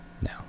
now